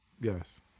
Yes